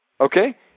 Okay